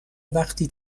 وقتی